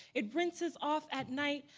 it rinses off at night.